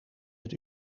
het